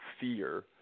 fear